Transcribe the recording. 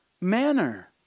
manner